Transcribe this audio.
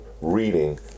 reading